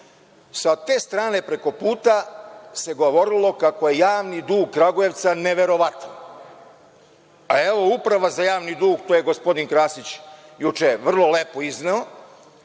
Sa te strane preko puta se govorilo kako je javni dug Kragujevca neverovatan, a evo Uprava za javni dug, to je gospodin Krasić juče vrlo lepo izneo,